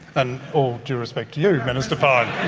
and all due respect to you, minister pyne.